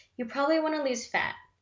you probably wanna lose fat.